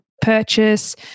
purchase